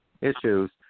issues